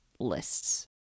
lists